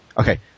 Okay